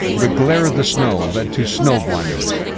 the glare of the snow led to snowblindness.